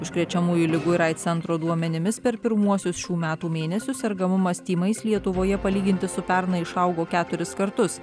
užkrečiamųjų ligų ir aids centro duomenimis per pirmuosius šių metų mėnesius sergamumas tymais lietuvoje palyginti su pernai išaugo keturis kartus